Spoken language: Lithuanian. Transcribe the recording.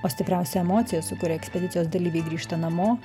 o stipriausia emocija su kuria ekspedicijos dalyviai grįžta namo